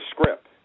script